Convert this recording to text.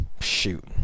shoot